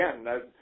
again